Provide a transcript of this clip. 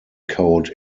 code